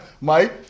Mike